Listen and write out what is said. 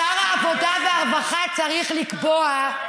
שר העבודה והרווחה צריך לקבוע.